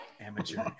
Amateur